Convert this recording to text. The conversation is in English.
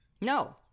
no